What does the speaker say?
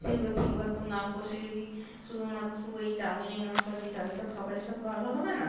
সেগুলো ঠিকমতো না কষে যদি শুধুমাত্র ওই চাউমিনের মশলা দিই তাতে তো খাবারের স্বাদ ভালো হবে না